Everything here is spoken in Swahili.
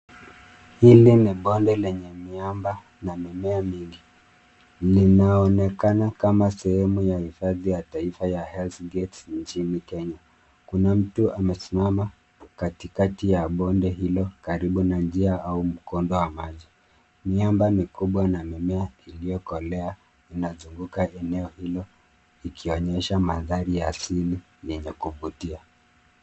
Hili ni bonde lenye miamba na mimea mingi, linaonekana kama sehemu ya hifadhi ya taifa ya Healths Gate nchini Kenya kuna mtu amesimama katikati ya bonde hilo karibu na njia au mkondo wa maji. Miamba mikubwa na mimea iliokolea inazunguka eneo hilo ikionyesha madhari asili yenye kuvutia.